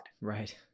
Right